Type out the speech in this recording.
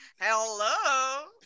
Hello